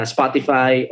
Spotify